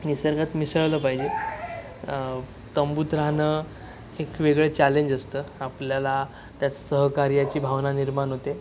निसर्गात मिसळलं पाहिजे तंबूत राहणं एक वेगळं चॅलेंज असतं आपल्याला त्यात सहकार्याची भावना निर्माण होते